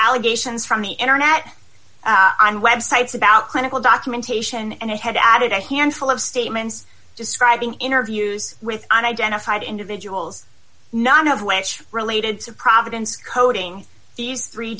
allegations from the internet on websites about clinical documentation and it had added a handful of statements describing interviews with unidentified individuals none of which related to providence coding